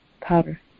powder